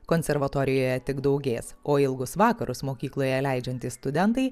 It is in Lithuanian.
konservatorijoje tik daugės o ilgus vakarus mokykloje leidžiantys studentai